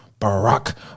Barack